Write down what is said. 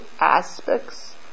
aspects